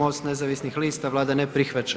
MOST nezavisnih lista, Vlada ne prihvaća.